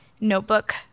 Notebook